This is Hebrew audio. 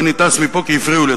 ואני טס מפה כי הפריעו לי,